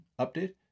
Update